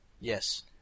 Yes